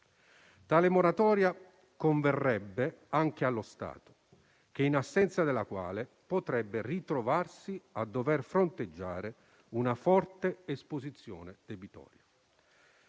Tale moratoria converrebbe anche allo Stato che, in assenza della quale, potrebbe ritrovarsi a dover fronteggiare una forte esposizione debitoria.